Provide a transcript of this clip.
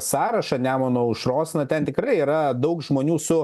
sąrašą nemuno aušros na ten tikrai yra daug žmonių su